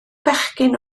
bechgyn